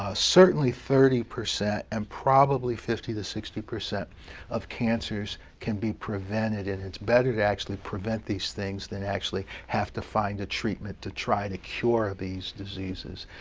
ah certainly thirty percent and probably fifty percent to sixty percent of cancers can be prevented, and it's better to actually prevent these things than actually have to find a treatment to try to cure these diseases.